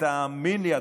ותאמין לי,